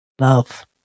love